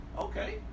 Okay